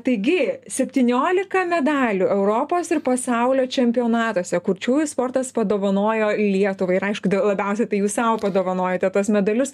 taigi septyniolika medalių europos ir pasaulio čempionatuose kurčiųjų sportas padovanojo lietuvai ir aišku labiausiai tai jūs sau padovanojote tuos medalius